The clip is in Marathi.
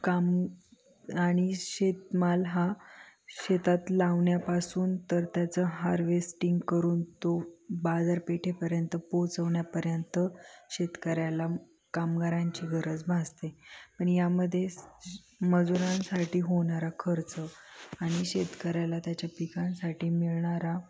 काम आणि शेतमाल हा शेतात लावण्यापासून तर त्याचं हार्वेस्टिंग करून तो बाजारपेठेपर्यंत पोहोचवण्यापर्यंत शेतकऱ्याला कामगारांची गरज भासते पण यामध्ये स श मजुरांसाठी होणारा खर्च आणि शेतकऱ्याला त्याच्या पिकांसाठी मिळणारा